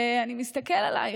ואני מסתכל עליך,